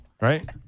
Right